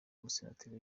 umusenateri